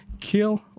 Kill